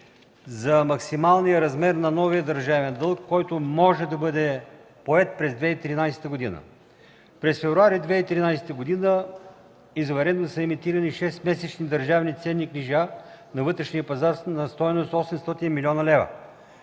за максималния размер на новия държавен дълг, който може да бъде поет през 2013 г. През февруари 2013 г. извънредно са емитирани 6 месечни държавни ценни книжа на вътрешния пазар на стойност 800 млн. лв.